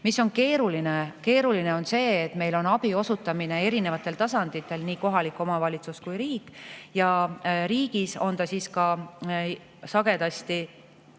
Mis on keeruline? Keeruline on see, et meil on abi osutamine erinevatel tasanditel – nii kohalik omavalitsus kui ka riik – ja riigis on see sagedasti